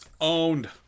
Owned